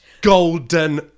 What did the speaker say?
Golden